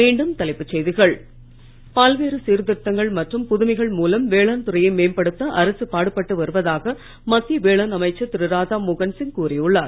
மீண்டும் தலைப்புச் செய்திகள் பல்வேறு சீர்திருத்தங்கள் மற்றும் புதுமைகள் மூலம் வேளாண்துறையை மேம்படுத்த அரசு பாடுபட்டு வருவதாக மத்திய வேளாண் அமைச்சர் திரு ராதாமோகன் சிங் கூறியுள்ளார்